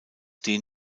den